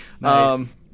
Nice